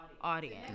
audience